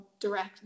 direct